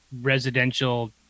residential